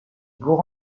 bourg